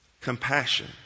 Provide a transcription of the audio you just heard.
Compassion